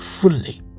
fully